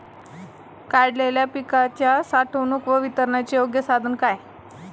काढलेल्या पिकाच्या साठवणूक व वितरणाचे योग्य साधन काय?